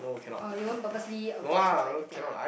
oh you won't purposely avoid her or anything lah